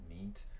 meet